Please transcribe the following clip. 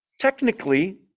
technically